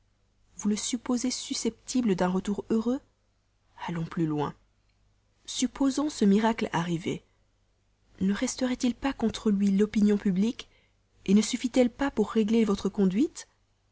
vous le supposez susceptible d'un retour heureux allons plus loin supposons ce miracle arrivé ne resterait-il pas contre lui l'opinion publique ne suffit-elle pas pour régler votre conduite